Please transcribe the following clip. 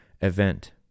event